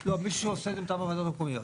לא, מי שעושה את זה מטעם הוועדות המקומיות.